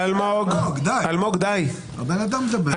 ממה אתה פוחד?